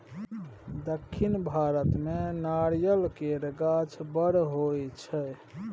दक्खिन भारत मे नारियल केर गाछ बड़ होई छै